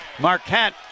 Marquette